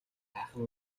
сайхан